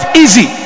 easy